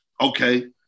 Okay